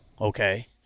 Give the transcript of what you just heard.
okay